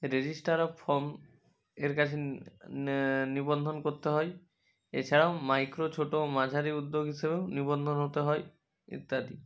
registrar of firm এর কাছে নে নিবন্ধন করতে হয় এছাড়াও মাইক্রো ছোটো ও মাঝারি উদ্যোগ হিসেবেও নিবন্ধন হতে হয় ইত্যাদি